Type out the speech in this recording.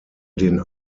den